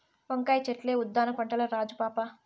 వంకాయ చెట్లే ఉద్దాన పంటల్ల రాజు పాపా